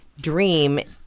dream